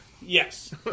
Yes